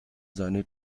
seine